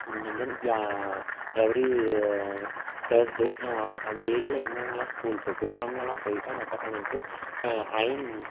and then every Thursday அந்த ஏரியாவில் எங்கே எங்கேலாம் ஸ்கூல் இருக்கோ அங்கேலாம் போய்ட்டு அந்த பசங்களுக்கு அயன்